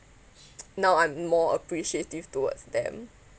now I'm more appreciative towards them